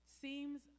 seems